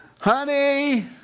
Honey